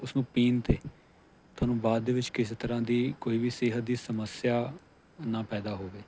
ਉਸਨੂੰ ਪੀਣ 'ਤੇ ਤੁਹਾਨੂੰ ਬਾਅਦ ਦੇ ਵਿੱਚ ਕਿਸੇ ਤਰ੍ਹਾਂ ਦੀ ਕੋਈ ਵੀ ਸਿਹਤ ਦੀ ਸਮੱਸਿਆ ਨਾ ਪੈਦਾ ਹੋਵੇ